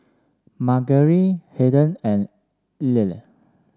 Margery Haiden and Ila